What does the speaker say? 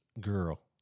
girl